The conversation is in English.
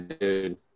dude